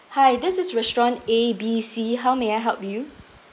hi this is restaurant A B C how may I help you